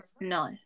No